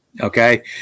Okay